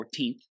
14th